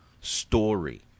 story